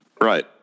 Right